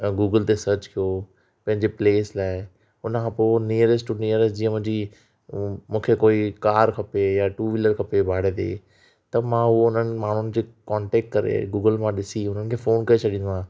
Google ते search कयो पंहिंजे प्लेस लाये हुनखां पोइ नियरेस्ट टू नियरेस्ट जीअं मुंहिंजी मूंखे कोई कार खपे या टू व्हीलर खपे भाड़े ते त मां हुननि माण्हूनि खें कांटेक्ट करे गूगल मां ॾिसी हुननि खे फोन करे छॾींदो आहियां